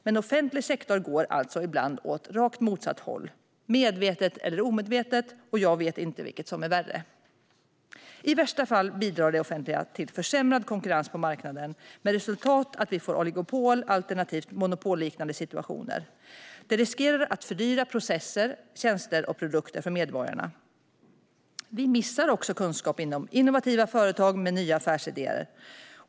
Men offentlig sektor går alltså ibland åt rakt motsatt håll - medvetet eller omedvetet, och jag vet inte vilket som är värst. I värsta fall bidrar det offentliga till försämrad konkurrens på marknaden med resultat att vi får oligopol alternativt monopolliknande situationer. Det riskerar att fördyra processer, tjänster och produkter för medborgarna. Vi missar också kunskap inom innovativa företag med nya affärsidéer.